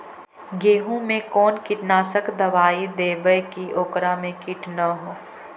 गेहूं में कोन कीटनाशक दबाइ देबै कि ओकरा मे किट न हो?